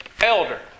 elder